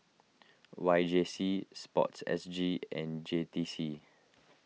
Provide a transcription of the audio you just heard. Y J C Sports S G and J T C